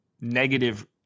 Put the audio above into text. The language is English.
negative